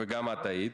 גם את היית.